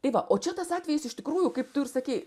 tai va o čia tas atvejis iš tikrųjų kaip tu ir sakei